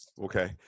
okay